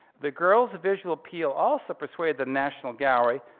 the girl's visual appeal also persuaded the national gallery,